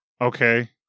Okay